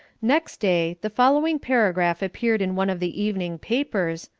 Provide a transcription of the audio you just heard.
next day the following paragraph appeared in one of the evening papers,